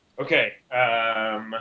Okay